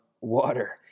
water